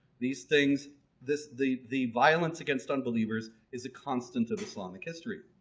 these things this the the violence against unbelievers is a constant of islamic history.